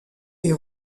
est